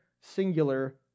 singular